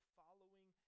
following